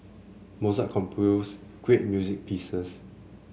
Mozart composed great music pieces